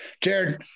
Jared